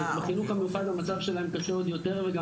בחינוך המיוחד המצב שלהם קשה עוד יותר וגם